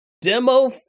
demo